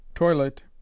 toilet